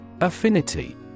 Affinity